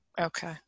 Okay